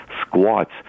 squats